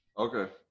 okay